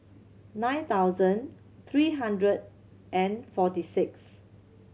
nine thousand three hundred and forty six